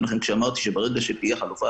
אני אתן דוגמה אחרת.